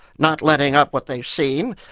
not letting up what they've seen,